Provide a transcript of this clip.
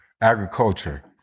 Agriculture